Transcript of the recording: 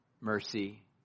mercy